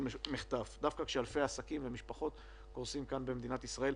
מחטף שקורה דווקא כשאלפי עסקים ומשפחות קורסים במדינת ישראל.